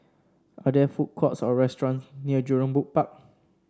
are there food courts or restaurants near Jurong Bird Park